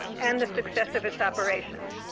and the success of its operations.